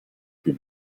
più